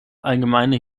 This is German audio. allgemeine